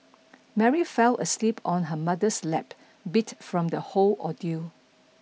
Mary fell asleep on her mother's lap beat from the whole ordeal